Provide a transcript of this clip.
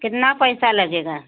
कितना पैसा लगेगा